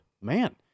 Man